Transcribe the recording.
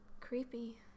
Creepy